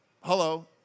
Hello